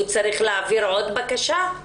הוא צריך להעביר שוב בקשה?